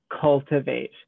cultivate